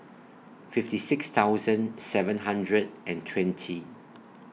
fifty six thousand seven hundred and twenty